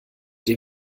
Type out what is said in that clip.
den